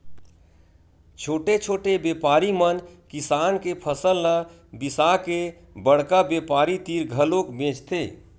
छोटे छोटे बेपारी मन किसान के फसल ल बिसाके बड़का बेपारी तीर घलोक बेचथे